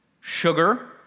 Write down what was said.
sugar